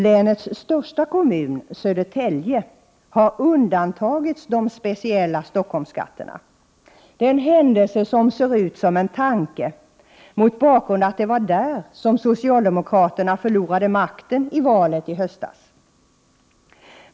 Länets största kommun, Södertälje, har undantagits de speciella Stockholmsskatterna. Det är en händelse som ser ut som en tanke, mot bakgrund av att det var där socialdemokraterna förlorade makten i valet i höstas.